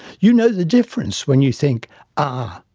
you know the difference when you think ah,